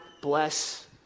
bless